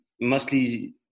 mostly